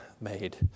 made